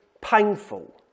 painful